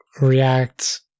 react